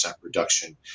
reduction